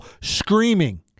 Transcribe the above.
screaming